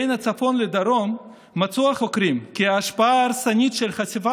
בין הצפון לדרום מצאו החוקרים כי ההשפעה ההרסנית של חשיפה